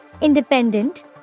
independent